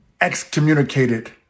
excommunicated